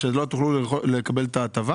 אתה אומר שלא תוכלו לקבל את ההטבה?